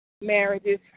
Marriages